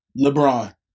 LeBron